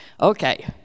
Okay